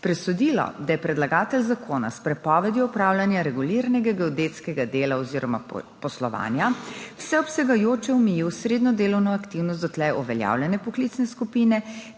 presodilo, da je predlagatelj zakona s prepovedjo opravljanja reguliranega geodetskega dela oziroma poslovanja vseobsegajoče omejil srednjo delovno aktivnost doslej uveljavljene poklicne skupine